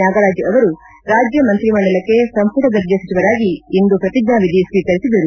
ನಾಗರಾಜ್ ಅವರು ರಾಜ್ಯ ಮಂತ್ರಿಮಂಡಲಕ್ಕೆ ಸಂಪುಟ ದರ್ಜೆ ಸಚಿವರಾಗಿ ಇಂದು ಪ್ರತಿಜ್ಞಾನಿಧಿ ಸ್ವೀಕರಿಸಿದರು